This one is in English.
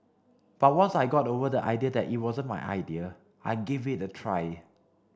but once I got over the idea that it wasn't my idea I gave it a try